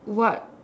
what